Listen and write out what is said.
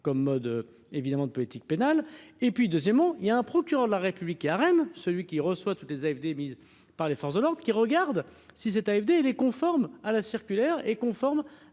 commode évidemment de politique. Pénale et puis deuxièmement, il y a un procureur de la République à Rennes, celui qui reçoit tous les AFD mise par les forces de l'ordre qui regardent si c'est AFD, elle est conforme à la circulaire et conforme